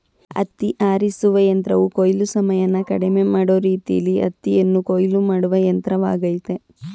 ಹತ್ತಿ ಆರಿಸುವ ಯಂತ್ರವು ಕೊಯ್ಲು ಸಮಯನ ಕಡಿಮೆ ಮಾಡೋ ರೀತಿಲೀ ಹತ್ತಿಯನ್ನು ಕೊಯ್ಲು ಮಾಡುವ ಯಂತ್ರವಾಗಯ್ತೆ